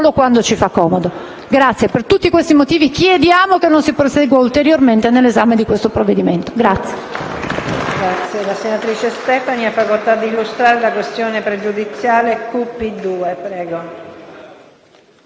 quando ci fa comodo. Per tutti questi motivi chiediamo che non si prosegua ulteriormente nell'esame di questo provvedimento.